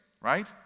right